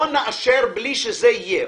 לא נאשר בלי שזה יהיה.